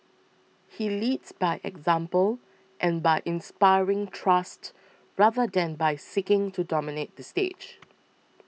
he leads by example and by inspiring trust rather than by seeking to dominate the stage